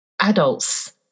adults